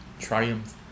triumph